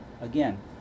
again